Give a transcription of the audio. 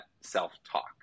self-talk